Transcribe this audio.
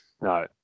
no